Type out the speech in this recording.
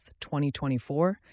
2024